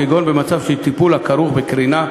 כגון במצב של טיפול הכרוך בקרינה,